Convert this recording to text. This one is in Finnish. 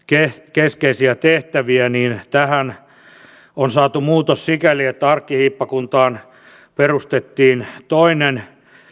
keskeisiä tehtäviä on saatu muutos sikäli että arkkihiippakuntaan on perustettu toinen